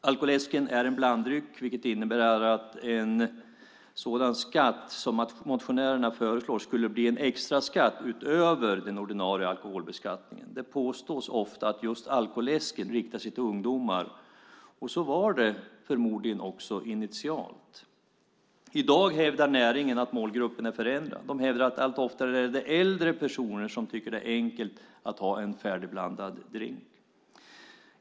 Alkoläsken är en blanddryck, vilket innebär att en sådan skatt som motionärerna föreslår skulle bli en extraskatt utöver den ordinarie alkoholbeskattningen. Det påstås ofta att just alkoläsken riktar sig till ungdomar. Så var det förmodligen initialt. I dag hävdar näringen att målgruppen är föräldrar. De hävdar att det allt oftare är äldre personer som tycker att det är enkelt att ha en färdigblandad drink.